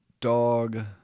dog